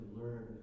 learn